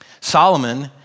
Solomon